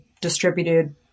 distributed